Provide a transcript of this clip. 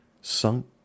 sunk